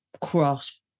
cross